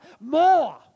more